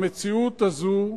המציאות הזו,